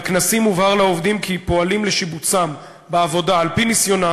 בכנסים הובהר לעובדים כי פועלים לשיבוצם בעבודה על-פי ניסיונם,